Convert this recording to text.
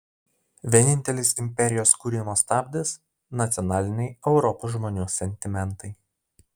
vienintelis imperijos kūrimo stabdis nacionaliniai europos žmonių sentimentai